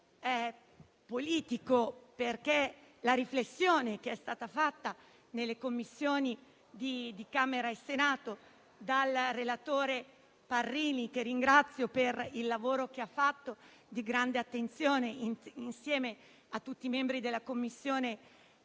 è politico, perché la riflessione che è stata fatta nelle Commissioni di Camera e Senato dal relatore Parrini, che ringrazio per il lavoro che ha svolto, di grande attenzione, insieme a tutti i membri della 1a Commissione